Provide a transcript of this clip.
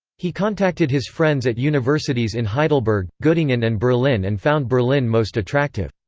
he contacted his friends at universities in heidelberg, gottingen and berlin and found berlin most attractive.